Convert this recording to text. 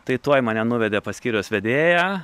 tai tuoj mane nuvedė pas skyriaus vedėją